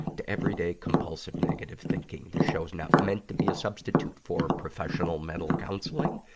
to everyday compulsive, negative thinking. this show's not meant to be a substitute for professional mental counseling.